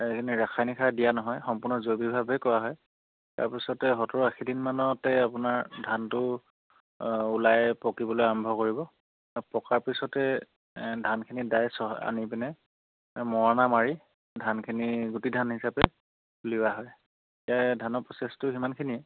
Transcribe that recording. এইখিনি ৰাসায়নিক সাৰ দিয়া নহয় সম্পূৰ্ণ জৈৱিকভাৱে কৰা হয় তাৰপিছতে সত্তৰ আশী দিনমানতে আপোনাৰ ধানটো ওলাই পকিবলৈ আৰম্ভ কৰিব পকাৰ পিছতে ধানখিনি ডাইৰেক্ট চহ আনি পিনে মৰণা মাৰি ধানখিনি গুটি ধান হিচাপে উলিওৱা হয় এ ধানৰ প্ৰচেছটো সিমানখিনিয়ে